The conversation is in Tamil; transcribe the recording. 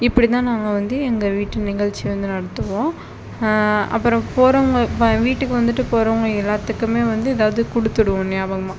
இப்படித்தான் நாங்கள் வந்து எங்கள் வீட்டு நிகழ்ச்சி வந்து நடத்துவோம் அப்புறம் போகிறவங்க வீட்டுக்கு வந்துட்டு போகிறவங்க எல்லாத்துக்குமே வந்து எதாவது கொடுத்துடுவோம் ஞாபகமாக